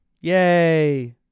Yay